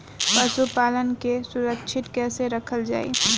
पशुपालन के सुरक्षित कैसे रखल जाई?